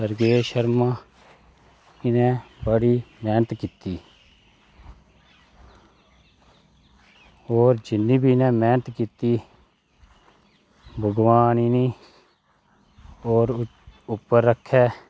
राकेश शर्मा इनें बड़ी मैह्नत कीती होर जिन्नी बी इनें मैह्नत कीती भगवान इनेंगी होर बी उप्पर रक्खे